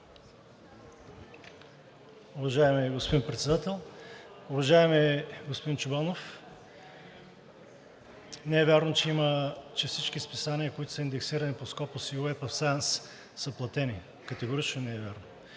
Уважаеми господин Председател! Уважаеми господин Чобанов! Не е вярно, че всички списания, които са индексирани по SCOPUS/Web of Science, са платени. Категорично не е вярно.